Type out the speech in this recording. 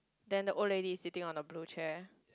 then the old lady is sitting on a blue chair